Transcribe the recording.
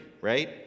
right